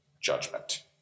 judgment